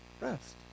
rest